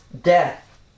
death